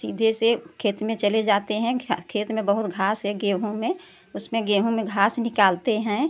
सीधे से खेत में चले जाते हैं खेत में बहुत घास है गेहूँ में उसमें गेहूँ में घास निकालते हैं